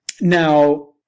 Now